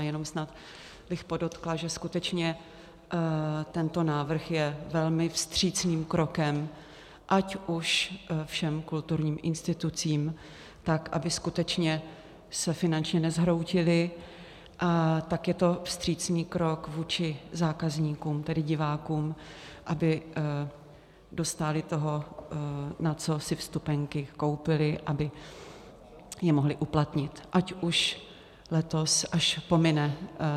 Jenom snad bych podotkla, že skutečně tento návrh je velmi vstřícným krokem ať už všem kulturním institucím, tak aby skutečně se finančně nezhroutily, tak je to vstřícný krok vůči zákazníkům, tedy divákům, aby dostali to, na co si vstupenky koupili, aby je mohli uplatnit, ať už letos, až pomine